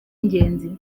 ingezi